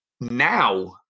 Now